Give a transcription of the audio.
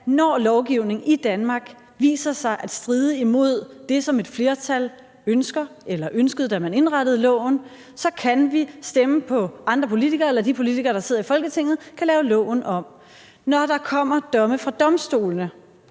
når lovgivningen i Danmark viser sig at stride imod det, som et flertal ønsker – eller ønskede, da man indrettede loven – så kan vi stemme på andre politikere, eller de politikere, der sidder i Folketinget, kan lave loven om? Når der kommer domme fra Den